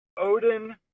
Odin